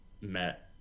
met